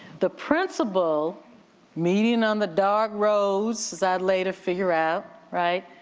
the principal meeting on the dark roads as i'd later figure out, right,